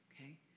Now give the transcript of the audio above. Okay